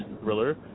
thriller